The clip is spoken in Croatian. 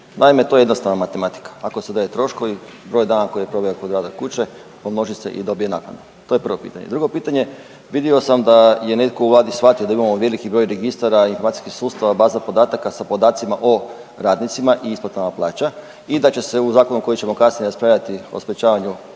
Naime, to je jednostavna matematika, ako se … troškovi broj dana koje je proveo kod rada kuće pomnoži se i dobije naknada. To je prvo pitanje. Drugo pitanje, vidio sam da je netko u vladi shvatio da imamo veliki broj registara informacijskih sustava, baza podataka sa podacima o radnicima i isplatama plaća i da će se u zakonu koji ćemo kasnije raspravljanju o sprečavanju